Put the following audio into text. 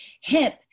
hip